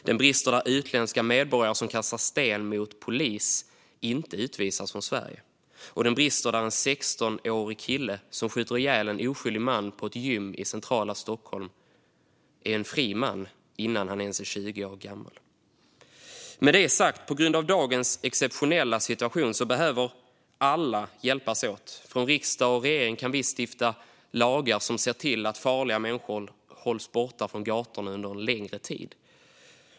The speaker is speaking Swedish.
Det brister där utländska medborgare som kastar sten mot polisen inte utvisas från Sverige. Det brister där en 16-årig kille som skjuter ihjäl en oskyldig man på ett gym i centrala Stockholm är en fri man innan han ens är 20 år gammal. Med det sagt behöver alla hjälpas åt på grund av dagens exceptionella situation. Från riksdag och regering kan vi stifta lagar som ser till att farliga människor hålls borta från gatorna under en längre tid.